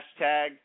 hashtag